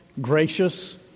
gracious